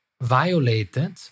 violated